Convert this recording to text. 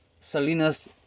Salinas